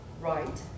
Right